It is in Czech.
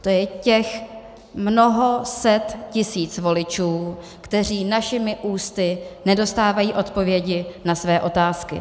Z těch mnoha set tisíc voličů, kteří našimi ústy nedostávají odpovědi na své otázky.